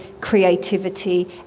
creativity